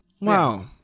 Wow